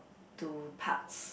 to parks